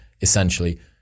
essentially